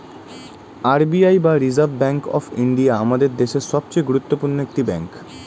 R B I বা reserve bank of India আমাদের দেশের সবচেয়ে গুরুত্বপূর্ণ একটি ব্যাঙ্ক